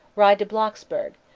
ride to blocksberg,